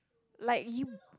like you